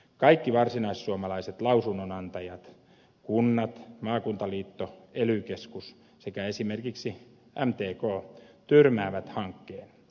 kaikki varsinaissuomalaiset lausunnonantajat kunnat maakuntaliitto ely keskus sekä esimerkiksi mtk tyrmäävät hankkeen